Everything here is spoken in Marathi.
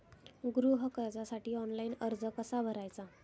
गृह कर्जासाठी ऑनलाइन अर्ज कसा भरायचा?